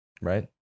Right